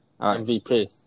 MVP